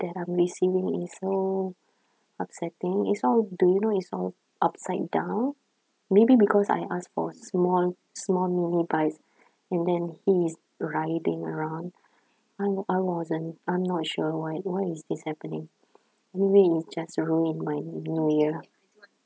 that I'm receiving is so upsetting it's all do you know it's all upside down maybe because I ask for small small mini bites and then he is riding around I I wasn't I'm not sure why why is this happening anyway it just ruined my new year